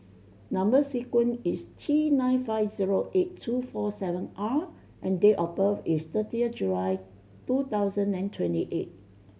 number sequence is T nine five zero eight two four seven R and date of birth is thirty of July two thousand and twenty eight